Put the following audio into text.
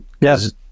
yes